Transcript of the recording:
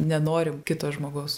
nenorim kito žmogaus